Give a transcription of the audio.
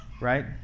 right